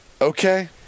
okay